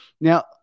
Now